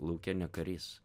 lauke ne karys